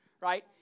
right